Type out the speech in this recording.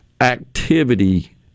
Activity